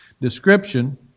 description